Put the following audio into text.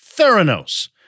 Theranos